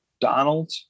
Donald